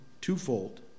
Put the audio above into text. twofold